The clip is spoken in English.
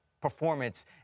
performance